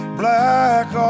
black